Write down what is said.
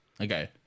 Okay